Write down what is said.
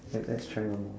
yep let's try one more